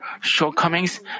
shortcomings